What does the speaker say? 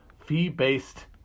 fee-based